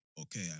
Okay